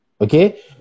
okay